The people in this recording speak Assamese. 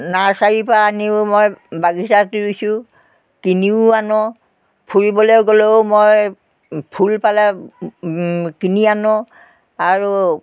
নাৰ্চাৰীৰপৰা আনিও মই বাগিচাত ৰুইছোঁ কিনিও আনোঁ ফুৰিবলৈ গ'লেও মই ফুল পালে কিনি আনোঁ আৰু